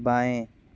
बाएँ